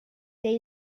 they